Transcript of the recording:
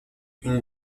une